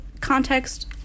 context